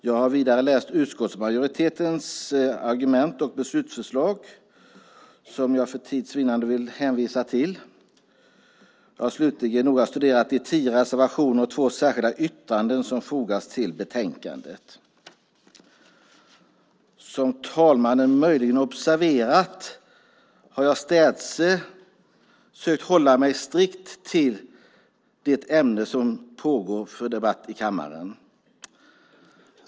Jag har vidare läst utskottsmajoritetens argument och beslutsförslag, som jag för tids vinnande vill hänvisa till. Jag har slutligen noga studerat de 10 reservationer och två särskilda yttranden som har fogats till betänkandet. Som talmannen möjligen har observerat har jag städse försökt hålla mig strikt till ämnet för den debatt som pågår i kammaren.